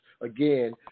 Again